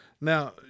Now